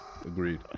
Agreed